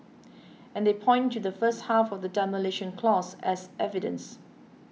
and they point to the first half of the Demolition Clause as evidence